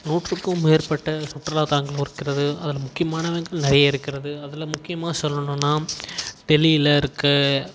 நூற்றுக்கும் மேற்பட்ட சுற்றுலாத்தலங்கள் இருக்கிறது அதில் முக்கியமானவைகள் நிறைய இருக்கிறது அதில் முக்கியமாக சொல்லணும்னா டெல்லியில் இருக்க